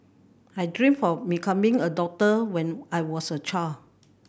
I dreamt of becoming a doctor when I was a child